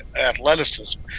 athleticism